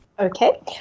okay